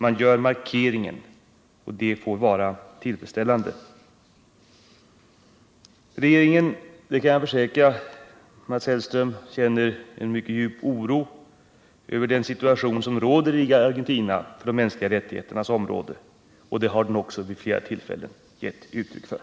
Man gör markeringen, och det får vara tillfredsställande. Regeringen — det kan jag försäkra Mats Hellström — känner en mycket djup oro över den situation när det gäller de mänskliga rättigheterna som råder i Argentina, och det har den också vid flera tillfällen gett uttryck för.